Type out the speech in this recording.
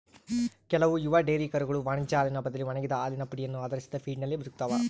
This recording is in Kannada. ಕೆಲವು ಯುವ ಡೈರಿ ಕರುಗಳು ವಾಣಿಜ್ಯ ಹಾಲಿನ ಬದಲಿ ಒಣಗಿದ ಹಾಲಿನ ಪುಡಿಯನ್ನು ಆಧರಿಸಿದ ಫೀಡ್ನಲ್ಲಿ ಬದುಕ್ತವ